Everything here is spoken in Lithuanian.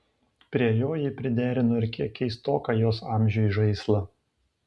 prie jo ji priderino ir kiek keistoką jos amžiui žaislą